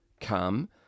come